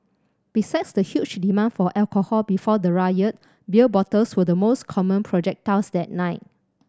besides the huge demand for alcohol before the riot beer bottles were the most common projectiles that night